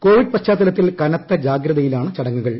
Covid പശ്ചാത്തലത്തിൽ കനത്ത ജാഗ്രതയിലാണ് ചടങ്ങുകൾ